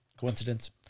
coincidence